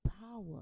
power